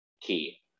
key